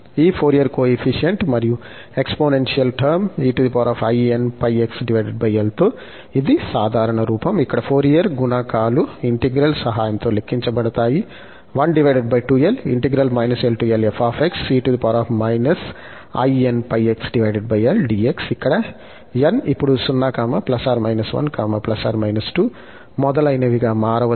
ఈ Fourier coefficient మరియు exponential term తో ఇది సాధారణ రూపం ఇక్కడ ఫోరియర్ గుణకాలు ఇంటిగ్రల్ సహాయంతో లెక్కించబడతాయి ఇక్కడ n ఇప్పుడు 0±1±2 మొదలైనవిగా మారవచ్చు